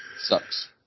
Sucks